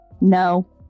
No